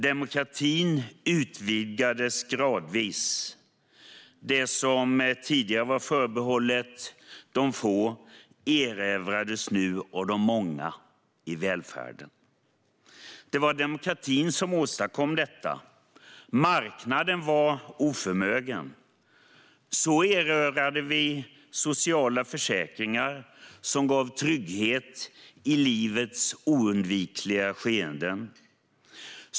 Demokratin utvidgades gradvis. Det som tidigare var förbehållet de få erövrades genom välfärden nu av de många. Det var demokratin som åstadkom detta. Marknaden var oförmögen. Så erövrade vi sociala försäkringar som gav trygghet i livets oundvikliga skeenden.